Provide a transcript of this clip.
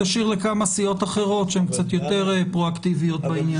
תשאיר לכמה סיעות אחרות שהן קצת יותר פרואקטיביות בעניין.